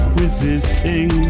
resisting